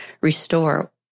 restore